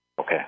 Okay